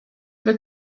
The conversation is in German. wir